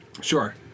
Sure